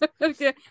Okay